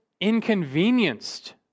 inconvenienced